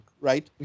right